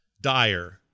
dire